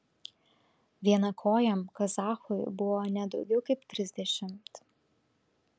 vienakojam kazachui buvo ne daugiau kaip trisdešimt